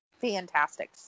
fantastic